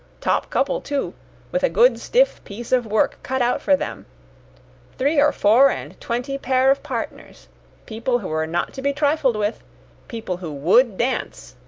top couple, too with a good stiff piece of work cut out for them three or four and twenty pair of partners people who were not to be trifled with people who would dance,